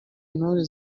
intore